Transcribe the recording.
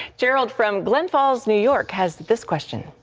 gerald from glen falls, new york, has this question.